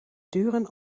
duren